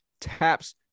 tap's